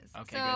Okay